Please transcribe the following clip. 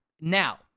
Now